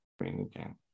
again